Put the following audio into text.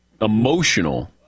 emotional